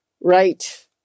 Right